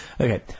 Okay